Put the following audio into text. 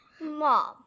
Mom